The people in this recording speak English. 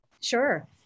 Sure